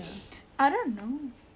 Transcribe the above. cause I always think to